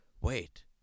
wait